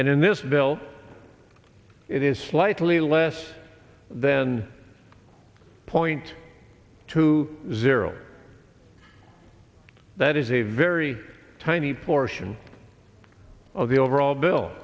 in this bill it is slightly less than point two zero that is a very tiny portion of the overall bill